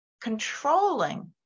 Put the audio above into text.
controlling